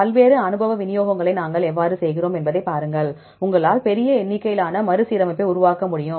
பல்வேறு அனுபவ விநியோகங்களை நாங்கள் எவ்வாறு செய்கிறோம் என்பதைப் பாருங்கள் உங்களால் பெரிய எண்ணிக்கையிலான மறுசீரமைப்பை உருவாக்க முடியும்